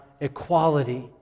equality